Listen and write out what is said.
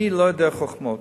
אני לא יודע חוכמות.